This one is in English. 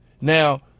Now